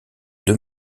deux